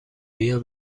بیا